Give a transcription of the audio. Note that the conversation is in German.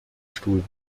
stuhl